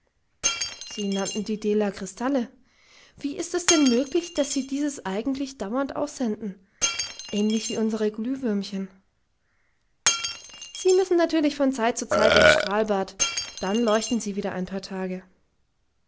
sie nannten die dela kristalle wie ist es denn möglich daß sie dieses eigenlicht dauernd aussenden ähnlich wie unsre glühwürmchen sie müssen natürlich von zeit zu zeit ins strahlbad dann leuchten sie wieder ein paar tage